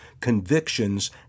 Convictions